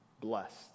blessed